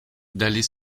d’aller